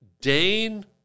Dane